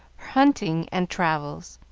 hunting, and travels.